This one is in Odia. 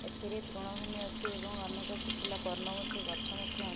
ଏଥିରେ ତୃଣଭୂମି ଅଛି ଏବଂ ଅନେକ ଶୁଖିଲା ପର୍ଣ୍ଣମୋଚୀ ଗଛ ମଧ୍ୟ